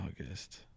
August